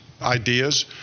ideas